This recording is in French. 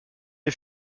est